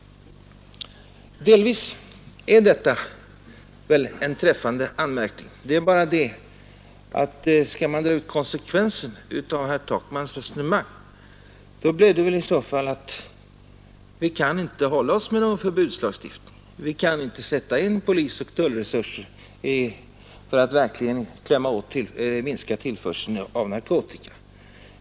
Delvis är väl detta en träffande anmärkning. Det är bara det att skall man dra ut konsekvensen av herr Takmans resonemang så kan vi inte hålla oss med någon förbudslagstiftning. Vi kan inte sätta in polisoch tullresurser för att försöka minska tillförseln av narkotika.